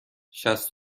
شصت